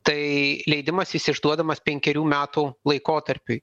tai leidimas jis išduodamas penkerių metų laikotarpiui